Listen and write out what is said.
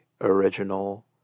original